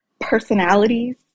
personalities